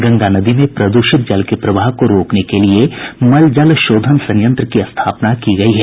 गंगा नदी में प्रदूषित जल के प्रवाह को रोकने के लिए मलजल शोधन संयंत्र की स्थापना की गई है